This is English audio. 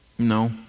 No